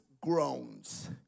groans